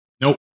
Nope